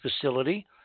Facility